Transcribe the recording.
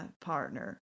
partner